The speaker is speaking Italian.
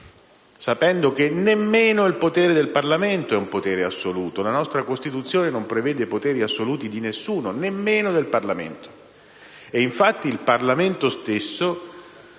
sapendo che nemmeno il potere del Parlamento è assoluto: la nostra Costituzione non prevede poteri assoluti di nessuno, nemmeno del Parlamento. E infatti il Parlamento stesso